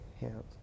hands